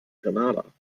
grenada